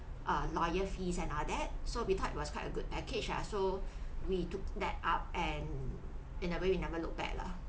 a lawyer fees and all that so we thought it was quite a good package lah so we took that up and in a way we never look back lah